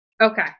Okay